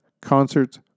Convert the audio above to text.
concerts